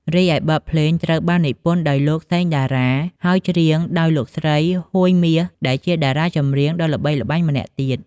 រីឯបទភ្លេងត្រូវបាននិពន្ធដោយលោក សេង តារា ហើយច្រៀងដោយលោកស្រី ហួយ មាស ដែលជាតារាចម្រៀងដ៏ល្បីល្បាញម្នាក់ទៀត។